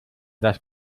das